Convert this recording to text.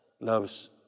loves